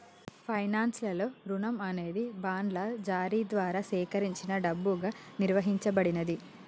finance లలో రుణం అనేది బాండ్ల జారీ ద్వారా సేకరించిన డబ్బుగా నిర్వచించబడినాది